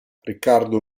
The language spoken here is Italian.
riccardo